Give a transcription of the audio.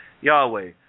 Yahweh